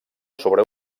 sobre